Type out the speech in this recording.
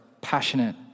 passionate